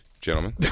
gentlemen